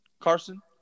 Carson